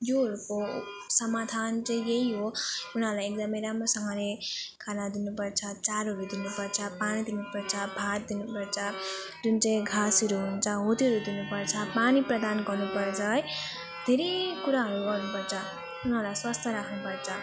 योहरूको समाधान चाहिँ यही हो उनीहरूलाई एकदम राम्रोसँगले खाना दिनु पर्छ चारोहरू दिनु पर्छ पानी दिनु पर्छ भात दिनु पर्छ जुन चाहिँ घाँसहरू हुन्छ हो त्योहरू दिनु पर्छ पानी प्रदान गर्नु पर्छ है धेरै कुराहरू गर्नु पर्छ उनीहरूलाई स्वास्थ्य राख्नु पर्छ